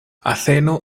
azeno